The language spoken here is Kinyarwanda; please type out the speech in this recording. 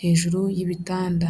hejuru y'ibitanda.